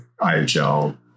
IHL